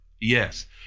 Yes